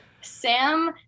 Sam